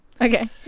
Okay